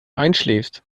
einschläfst